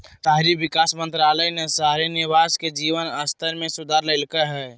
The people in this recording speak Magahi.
शहरी विकास मंत्रालय ने शहरी निवासी के जीवन स्तर में सुधार लैल्कय हइ